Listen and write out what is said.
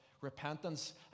repentance